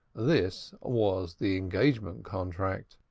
this was the engagement contract.